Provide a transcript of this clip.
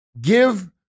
give